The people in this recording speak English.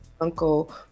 uncle